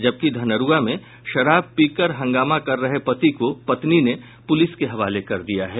जबकि धनरूआ में शराब पीकर हंगामा कर रहे पति को पत्नि ने पुलिस के हवाले कर दिया है